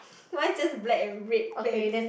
mine's just black and red pants